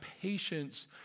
patience